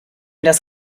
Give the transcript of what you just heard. das